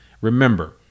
Remember